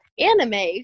anime